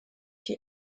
die